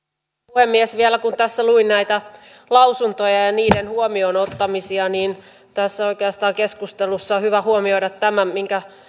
puhemies vielä kun tässä luin näitä lausuntoja ja ja niiden huomioonottamisia niin oikeastaan tässä keskustelussa on hyvä huomioida tämä minkä